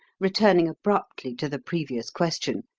returning abruptly to the previous question,